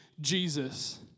Jesus